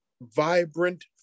vibrant